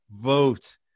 Vote